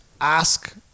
ask